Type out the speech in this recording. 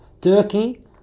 Turkey